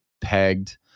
pegged